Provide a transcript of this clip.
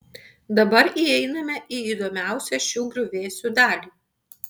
dabar įeiname į įdomiausią šių griuvėsių dalį